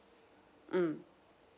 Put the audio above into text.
mm